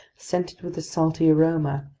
scented with a salty aroma.